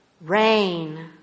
Rain